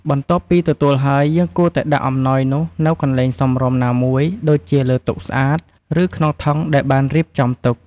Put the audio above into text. បន្ទាប់ពីទទួលហើយ យើងគួរតែដាក់អំណោយនោះនៅកន្លែងសមរម្យ ណាមួយដូចជាលើតុស្អាត ឬក្នុងថង់ដែលបានរៀបចំទុក។